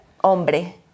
hombre